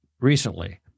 recently